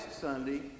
Sunday